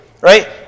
right